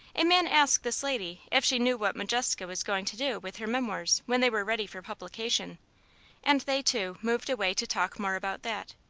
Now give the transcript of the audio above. a man asked this lady if she knew what modjeska was going to do with her memoirs when they were ready for publication and they two moved away to talk more about that.